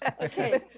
Okay